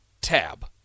Tab